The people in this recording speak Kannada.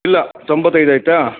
ಇಲ್ಲ ತೊಂಬತ್ತೈದು ಆಯಿತಾ